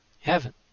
heaven